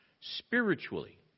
Spiritually